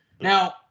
Now